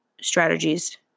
strategies